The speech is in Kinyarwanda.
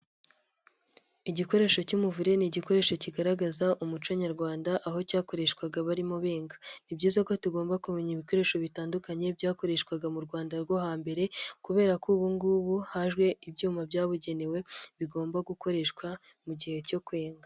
Igikoresho cy'umuvure ni igikoresho kigaragaza umuco nyarwanda, aho cyakoreshwaga barimo benga. Ni byiza ko tugomba kumenya ibikoresho bitandukanye byakoreshwaga mu Rwanda rwo hambere kubera ko ubu ngubu haje ibyuma byabugenewe bigomba gukoreshwa mu gihe cyo kwenga.